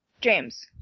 James